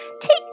take